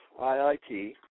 IIT